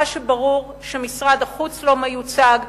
מה שברור שמשרד החוץ לא מיוצג,